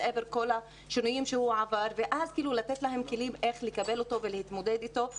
כל השינויים שהוא עבר ואז לתת להם כלים איך לקבל אותו ולהתמודד איתו.